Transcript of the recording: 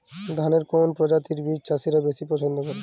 ধানের কোন প্রজাতির বীজ চাষীরা বেশি পচ্ছন্দ করে?